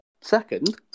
Second